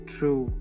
True